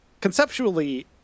conceptually